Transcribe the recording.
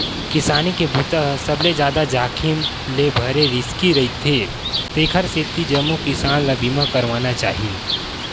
किसानी के बूता ह सबले जादा जाखिम ले भरे रिस्की रईथे तेखर सेती जम्मो किसान ल बीमा करवाना चाही